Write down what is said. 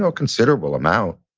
ah considerable amount.